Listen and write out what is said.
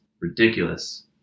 ridiculous